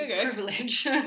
privilege